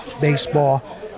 baseball